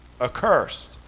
accursed